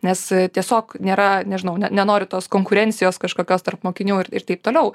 nes tiesiog nėra nežinau ne nenoriu tos konkurencijos kažkokios tarp mokinių ir ir taip toliau